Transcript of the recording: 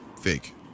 fake